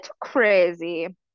crazy